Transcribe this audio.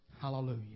Hallelujah